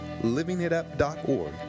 livingitup.org